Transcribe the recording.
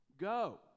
Go